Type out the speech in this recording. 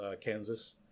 Kansas